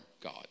God